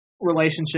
relationship